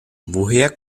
woher